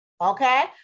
Okay